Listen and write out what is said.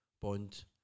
Bond